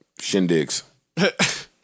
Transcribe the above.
shindigs